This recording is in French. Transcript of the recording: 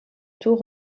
tout